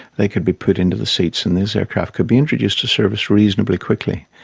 they could be put into the seats and these aircraft could be introduced to service reasonably quickly.